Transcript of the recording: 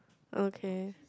okay